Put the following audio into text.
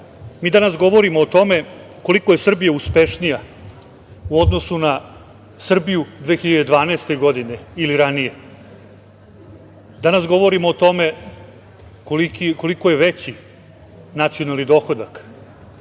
mi danas govorimo o tome koliko je Srbija uspešnija u odnosu na Srbiju 2012. godine ili ranije. Danas govorimo o tome koliko je veći nacionalni dohodak,